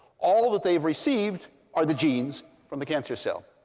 all that they've received are the genes from the cancer cell.